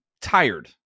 tired